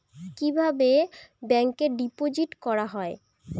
কিভাবে ব্যাংকে ডিপোজিট করা হয়?